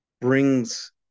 brings